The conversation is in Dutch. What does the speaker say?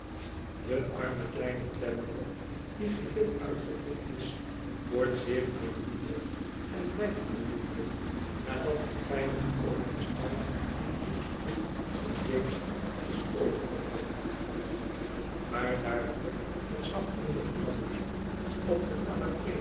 de arme kleine twemlow die geheel uitgeput is wordt zeer aandoenlijk en blijft aandoenlijk nadat hij veilig over den stal in duke street st james is overgebracht maar daar wordt het zachtmoedige mannetje op de